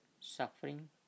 Suffering